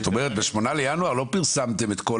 זאת אומרת בשמונה לינואר לא פרסמתם את כל